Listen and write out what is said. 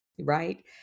right